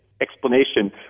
explanation